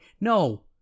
No